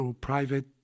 private